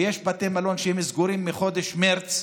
יש בתי מלון שסגורים מחודש מרץ,